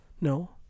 No